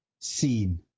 seen